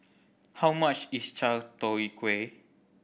how much is chai tow kway